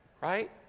Right